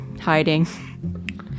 hiding